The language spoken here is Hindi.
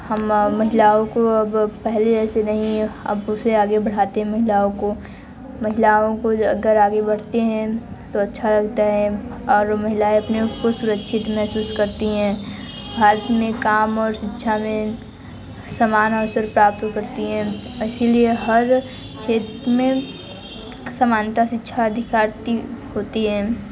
हम महिलाओं को अब पहले ऐसे नहीं है अब उसे आगे बढ़ाते महिलाओं को महिलाओं को अगर आगे बढ़ते हैं तो अच्छा लगता है और वो महिलाएं अपने को सुरक्षित महसूस करती हैं भारत में काम और शिक्षा में समान और सिर्फ़ प्राप्त हो सकती है इसी लिए हर क्षेत्र में समानता शिक्षा अधिकार होते हैं